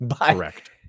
Correct